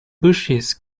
bushes